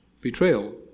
betrayal